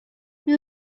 you